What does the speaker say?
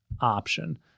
option